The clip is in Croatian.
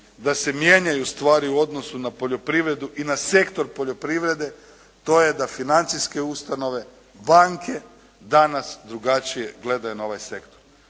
da se mijenjaju stvari u odnosu na poljoprivredu i na sektor poljoprivrede. To je da financijska ustanove, banke danas drugačije gledaju na ovaj sektor.